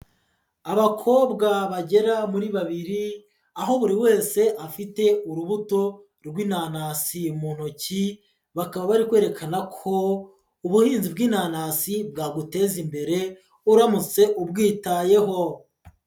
Abakobwa bagera muri babiri, aho buri wese afite urubuto rw'inanasi mu ntoki, bakaba bari kwerekana ko ubuhinzi bw'inanasi bwaguteza imbere uramutse ubwitayeho.